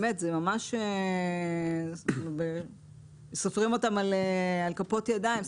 באמת, ממש סופרים אותם על כפות ידיים.